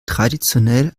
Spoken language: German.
traditionell